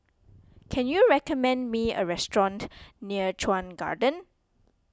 can you recommend me a restaurant near Chuan Garden